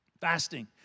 Fasting